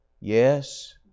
yes